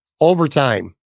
Overtime